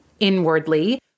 inwardly